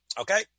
Okay